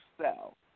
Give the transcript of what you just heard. sell